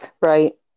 Right